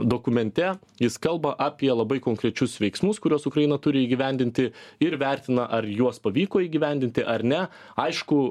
dokumente jis kalba apie labai konkrečius veiksmus kuriuos ukraina turi įgyvendinti ir vertina ar juos pavyko įgyvendinti ar ne aišku